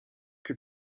que